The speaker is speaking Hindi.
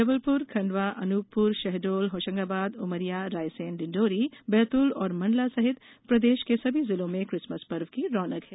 जबलपुर खंडवा अनुपपुर शहडोल होशंगाबाद उमरिया रायसेन डिंडोरी बैतुल और मंडला सहित प्रदेश के सभी जिलों में किसमस पर्व की रौनक है